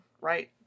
right